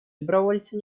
добровольцы